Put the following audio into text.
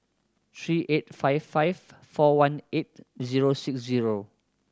three eight five five four one eight zero six zero